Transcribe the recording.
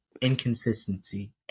inconsistency